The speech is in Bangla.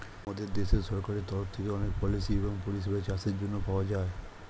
আমাদের দেশের সরকারের তরফ থেকে অনেক পলিসি এবং পরিষেবা চাষের জন্যে পাওয়া যায়